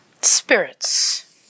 spirits